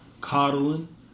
Coddling